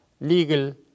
legal